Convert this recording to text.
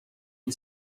and